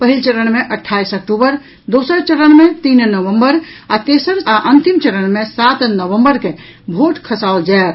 पहिल चरण मे अट्ठाईस अक्टूबर दोसर चरण मे तीन नवंबर आ तेसर आ अंतिम चरण मे सात नवंबर के भोट खसाओल जायत